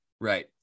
right